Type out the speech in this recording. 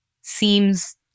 seems